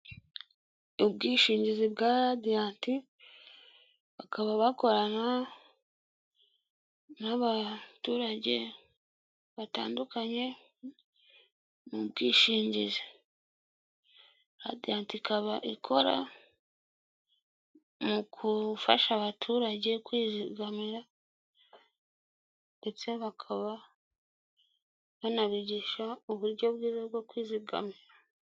Ubwishingizi bwa radiyanti, bakaba bakorana n'abaturage batandukanye mu bwishingizi, ra adiyanti ikaba ikora mu kufasha abaturage kwizigamira, ndetse bakaba banabigisha uburyo bwiza bwo kwizigama.